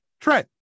Trent